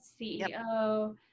CEO